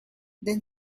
then